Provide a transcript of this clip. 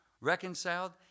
reconciled